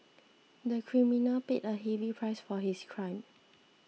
the criminal paid a heavy price for his crime